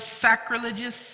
Sacrilegious